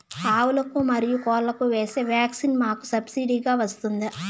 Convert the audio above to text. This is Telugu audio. ఆవులకు, మరియు కోళ్లకు వేసే వ్యాక్సిన్ మాకు సబ్సిడి గా వస్తుందా?